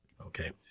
okay